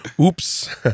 Oops